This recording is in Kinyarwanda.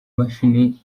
mashini